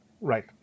Right